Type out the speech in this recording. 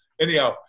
Anyhow